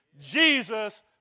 Jesus